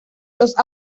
los